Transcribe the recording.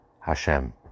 Hashem